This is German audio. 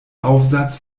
aufsatz